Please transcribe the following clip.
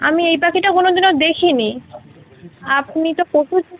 আমি এই পাখিটা কোনোদিনও দেখিনি আপনি তো